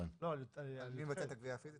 המוטיבציה כמובן שקיימת ולכן הנוסח הוא כפי שהוא,